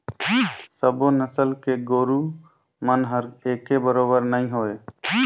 सबो नसल के गोरु मन हर एके बरोबेर नई होय